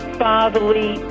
fatherly